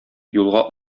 юлга